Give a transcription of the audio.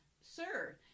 Sir